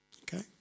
Okay